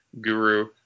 guru